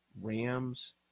Rams